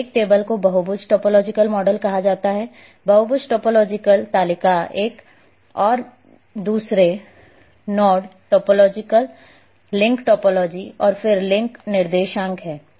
तो एक टेबल को बहुभुज टोपोलॉजी मॉडल कहा जाता है बहुभुज टोपोलॉजी तालिका एक और दूसरा नोड टोपोलॉजी लिंक टोपोलॉजी और फिर लिंक निर्देशांक है